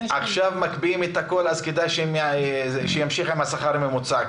עכשיו מגביהים את הכול אז כדאי שימשיכו עם השכר הממוצע,